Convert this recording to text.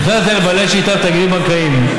וכל שקל היה לילדים שלהם, למערכת החינוך.